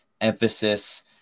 emphasis